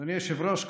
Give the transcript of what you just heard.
אדוני היושב-ראש,